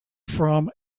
from